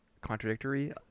contradictory